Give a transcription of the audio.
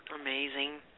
amazing